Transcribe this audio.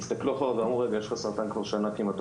הם אמרו שיש לי סרטן כבר שנה.